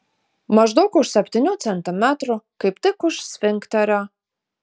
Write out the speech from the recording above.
maždaug už septynių centimetrų kaip tik už sfinkterio